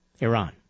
Iran